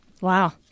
Wow